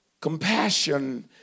compassion